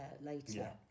later